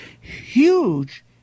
huge